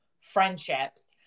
friendships